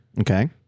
Okay